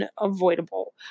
unavoidable